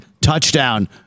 Touchdown